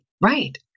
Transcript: right